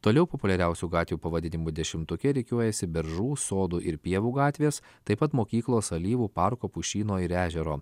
toliau populiariausių gatvių pavadinimų dešimtuke rikiuojasi beržų sodų ir pievų gatvės taip pat mokyklos alyvų parko pušyno ir ežero